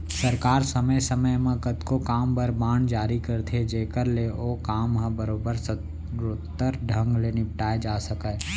सरकार समे समे म कतको काम बर बांड जारी करथे जेकर ले ओ काम ह बरोबर सरोत्तर ढंग ले निपटाए जा सकय